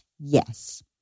yes